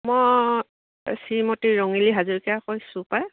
মই শ্ৰীমতী ৰঙিলী হাজৰিকায়ে কৈছোঁ পাই